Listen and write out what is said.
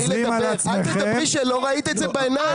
אל תדברי שלא ראית את זה בעניים.